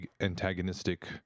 antagonistic